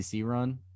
run